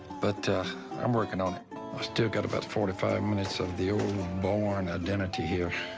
but i'm working on it. we still got about forty five minutes of the ole bourne identity here.